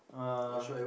uh